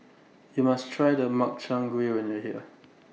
YOU must Try The Makchang Gui when YOU Are here